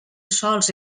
sols